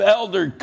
elder